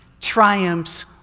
triumphs